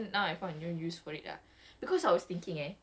I uninstall lah everything and now it's okay ah